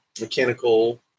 mechanical